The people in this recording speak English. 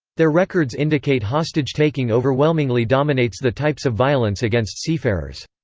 their records indicate hostage-taking overwhelmingly dominates the types of violence against seafarers.